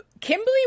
Kimberly